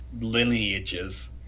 lineages